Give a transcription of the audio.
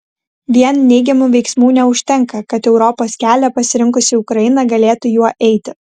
vien neigiamų veiksmų neužtenka kad europos kelią pasirinkusi ukraina galėtų juo eiti